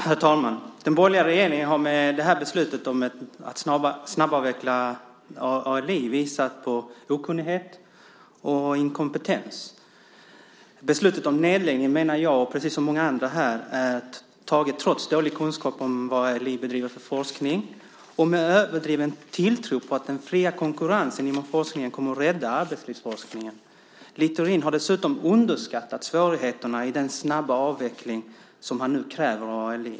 Herr talman! Den borgerliga regeringen har med beslutet om att snabbavveckla ALI visat på okunnighet och inkompetens. Jag menar, precis som många andra här, att beslutet om nedläggning är taget trots dålig kunskap om vad ALI bedriver för forskning och med en överdriven tilltro till att den fria konkurrensen inom forskningen kommer att rädda arbetslivsforskningen. Littorin har dessutom underskattat svårigheterna i den snabba avveckling som han nu kräver av ALI.